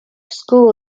school